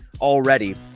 already